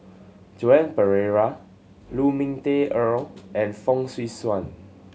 Joan Pereira Lu Ming Teh Earl and Fong Swee Suan